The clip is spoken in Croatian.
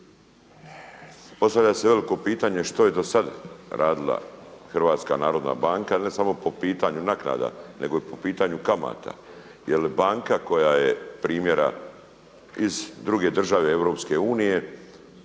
Postavlja se veliko pitanje što je do sad radila Hrvatska narodna banka ne samo po pitanju naknada, nego i po pitanju kamata. Jer banka koja je primjera iz druge države EU